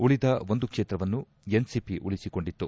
ಉಳಿದ ಒಂದು ಕ್ಷೇತ್ರವನ್ನು ಎನ್ ಸಿಪಿ ಉಳಿಸಿಕೊಂಡಿತ್ತು